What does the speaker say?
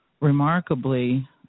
remarkably